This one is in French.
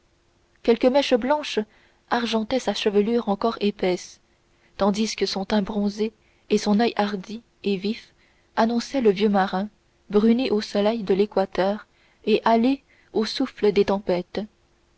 quelques mèches blanches argentaient sa chevelure encore épaisse tandis que son teint bronzé et son oeil hardi et vif annonçaient le vieux marin bruni au soleil de l'équateur et hâlé au souffle des tempêtes